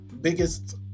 biggest